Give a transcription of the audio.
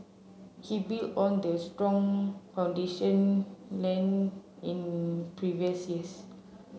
he built on the strong foundation laid in previous years